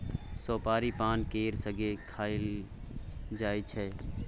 सोपारी पान केर संगे खाएल जाइ छै